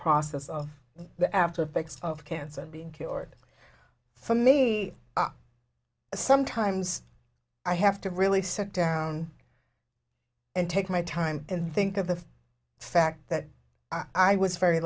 process of the after effects of cancer and being cured for me sometimes i have to really sit down and take my time and think of the fact that i was very